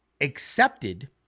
accepted